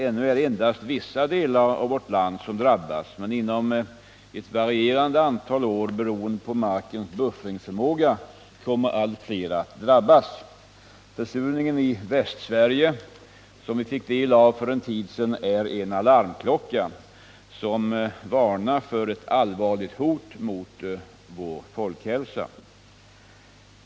Ännu är det endast vissa delar av vårt land som har drabbats, men inom ett varierande antal år, beroende på markens buffringsförmåga, kommer allt fler att drabbas. Försurningen i Västsverige, som vi fick uppgifter om för en tid sedan, är en alarmklocka, som varnar för ett allvarligt hot mot vår folkhälsa.